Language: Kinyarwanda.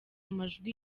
majwi